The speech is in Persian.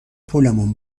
پولمون